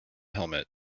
helmet